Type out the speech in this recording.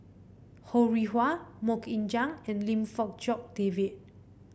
Ho Rih Hwa MoK Ying Jang and Lim Fong Jock David